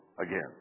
again